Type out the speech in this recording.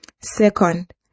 Second